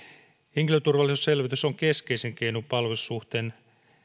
henkilöturvallisuusselvitys on keskeisin keino palvelussuhteeseen